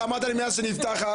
אמרת שמאז שנפתחו